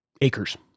acres